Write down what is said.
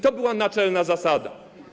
To była naczelna zasada.